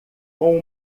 com